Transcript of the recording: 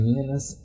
Minas